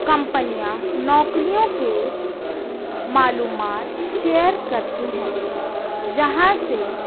کمپنیاں نوکریوں کے معلومات شیئر کرتی ہیں جہاں سے